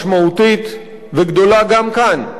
משמעותית וגדולה גם כאן,